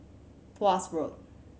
Tuas Road